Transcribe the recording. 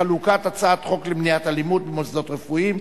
חלוקת הצעת חוק למניעת אלימות במוסדות רפואיים,